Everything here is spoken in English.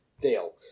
Dale